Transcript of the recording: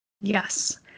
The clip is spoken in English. Yes